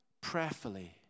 prayerfully